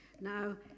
Now